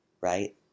right